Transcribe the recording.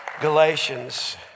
Galatians